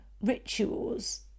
rituals